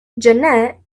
janet